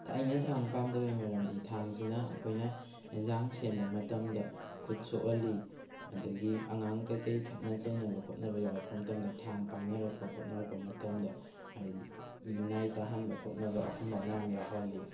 ꯑꯩꯅ ꯊꯥꯡ ꯄꯥꯝꯗꯕꯩ ꯃꯔꯝꯗꯤ ꯊꯥꯡꯁꯤꯅ ꯑꯩꯈꯣꯏꯅ ꯑꯦꯟꯖꯥꯡ ꯁꯦꯝꯕ ꯃꯇꯝꯗ ꯈꯨꯠ ꯁꯣꯛꯍꯜꯂꯤ ꯑꯗꯒꯤ ꯑꯉꯥꯡ ꯀꯩꯀꯩ ꯈꯠꯅ ꯆꯩꯅꯕ ꯈꯣꯠꯅꯕ ꯌꯥꯎꯔꯛꯄ ꯃꯇꯝꯗ ꯊꯥꯡ ꯄꯥꯏꯅꯔꯛꯄ ꯈꯣꯠꯅꯔꯛꯄ ꯃꯇꯝꯗ ꯍꯥꯏꯗꯤ ꯏ ꯅꯥꯏ ꯇꯥꯍꯟꯕ ꯈꯣꯠꯅꯕ ꯑꯗꯨꯝꯕ ꯃꯌꯥꯝ ꯌꯥꯎꯍꯜꯂꯤ